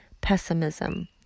Pessimism